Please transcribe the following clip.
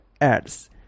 ads